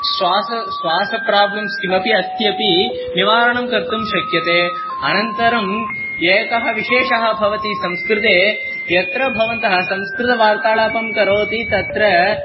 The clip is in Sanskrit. स्वास स्वास प्राब्लम्स् किमपि अस्त्यपि निवारणं कर्तुं शक्यते अनन्तरम् एकः विशेषः भवति संस्कृते यत्र भवन्तः संस्कृतवार्तलापं करोति तत्र